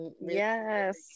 Yes